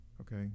okay